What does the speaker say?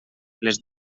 les